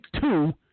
two